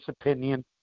opinion